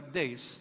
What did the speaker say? days